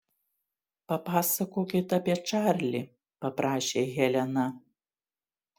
papasakokit apie čarlį paprašė helena